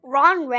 Ron